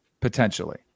potentially